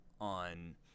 on